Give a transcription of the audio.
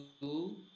two